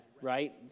right